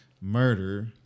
murder